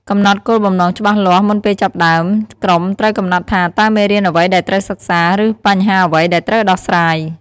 កំណត់គោលបំណងច្បាស់លាស់ មុនពេលចាប់ផ្តើម ក្រុមត្រូវកំណត់ថា តើមេរៀនអ្វីដែលត្រូវសិក្សា ឬបញ្ហាអ្វីដែលត្រូវដោះស្រាយ។